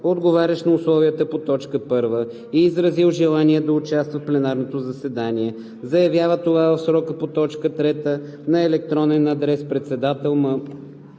отговарящ на условията по т. 1 и изразил желание да участва в пленарното заседание, заявява това в срока по т. 3 на електронен адрес: